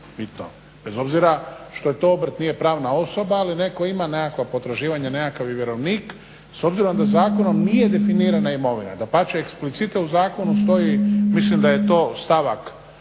obrta bez obzira što taj obrt nije pravna osoba ali netko ima nekakva potraživanja, nekakav je vjerovnik s obzirom da zakonom nije definirana imovina. Dapače, explicite u zakonu stoji mislim da je to stavak